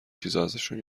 چیزهاازشون